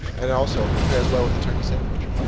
and also, pairs well with a turkey sandwich.